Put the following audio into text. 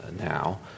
now